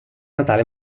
natale